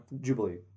Jubilee